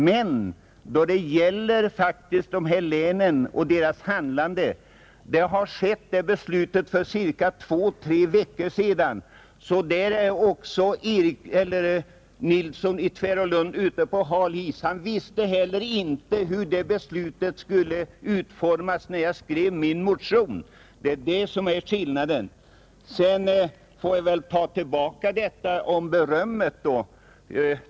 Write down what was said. Beslutet beträffande dessa län och deras handlande skedde för två, tre veckor sedan, Också där är herr Nilsson i Tvärålund ute på hal is. Han visste inte heller hur det beslutet skulle utformas, när jag skrev min motion, Det är detta som är skillnaden. Sedan får jag väl ta tillbaka berömmet.